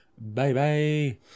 bye-bye